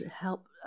help